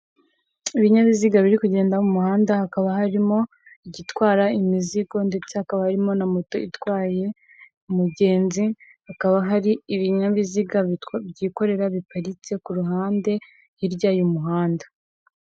Ibinyabiziga birikugenda mu muhanda hakaba harimo igitwara imizigo ndetse hakaba harimo na moto itwaye umugenzi, hakaba hari ibinyabiziga byikorera biparitse ku ruhande hirya y'umuhanda.